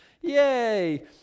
Yay